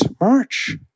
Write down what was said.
March